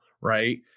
right